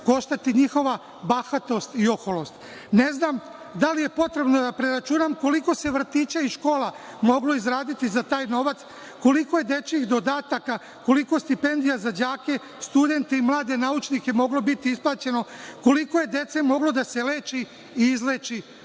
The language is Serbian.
koštati njihova bahatost i oholost. Ne znam da li je potrebno da preračunam koliko se vrtića i škola moglo izgraditi za taj novac, koliko je dečijih dodataka, koliko stipendija za đake, studente i mlade naučnike, moglo biti isplaćeno, koliko je dece moglo da se leči i izleči